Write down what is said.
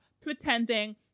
pretending